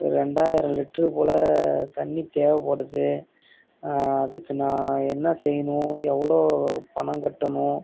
ரெண்டாயிரம் லிட்டரு போல தண்ணி தேவைப்படுது அதுக்கு நான் என்ன செய்யணும் எவ்வளோ பணம் கட்டணும்